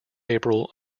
april